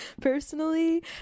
personally